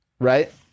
Right